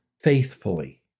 faithfully